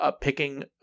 picking